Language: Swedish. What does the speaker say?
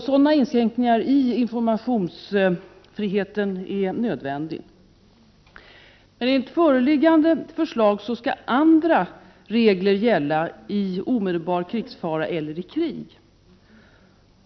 Sådana inskränkningar i informationsfriheten är nödvändiga. Enligt föreliggande förslag skall andra regler gälla vid omedelbar krigsfara eller vid krig.